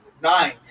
Nine